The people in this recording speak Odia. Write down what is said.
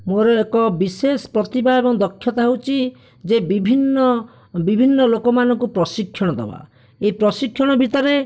ମୋର ଏକ ବିଶେଷ ପ୍ରତିଭା ଏବଂ ଦକ୍ଷତା ହେଉଛି ଯେ ବିଭିନ୍ନ ବିଭିନ୍ନ ଲୋକମାନଙ୍କୁ ପ୍ରଶିକ୍ଷଣ ଦେବା ଏହି ପ୍ରଶିକ୍ଷଣ ଭିତରେ